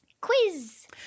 Quiz